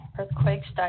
earthquakes